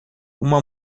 uma